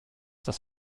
das